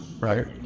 right